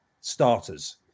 starters